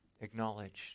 acknowledged